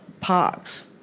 parks